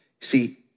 See